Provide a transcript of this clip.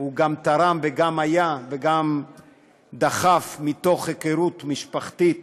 גם תרם וגם היה וגם דחף, מתוך היכרות משפחתית